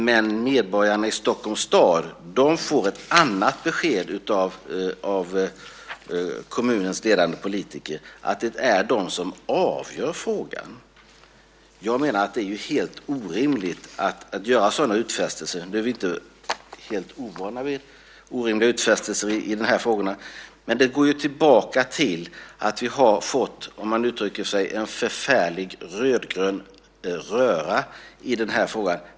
Men medborgarna i Stockholms stad får ett annat besked av kommunens ledande politiker, att det är de som avgör frågan. Jag menar att det är helt orimligt att göra sådana utfästelser. Nu är vi inte helt ovana vid orimliga utfästelser i de här frågorna, men det går ju tillbaka till att vi har fått en förfärlig rödgrön röra i den här frågan.